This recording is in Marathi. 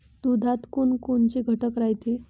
दुधात कोनकोनचे घटक रायते?